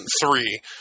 three